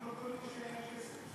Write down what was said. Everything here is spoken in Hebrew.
סתם לא קונים או שאין כסף?